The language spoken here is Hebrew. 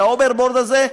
את ההוברבורד הזה,